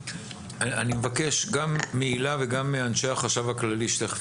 אני מבקש גם מהילה וגם מאנשי החשב הכללי להבין תכף